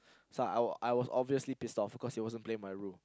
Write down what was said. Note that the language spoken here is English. so I was I was obviously pissed off because he wasn't playing by rule